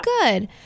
good